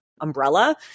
Umbrella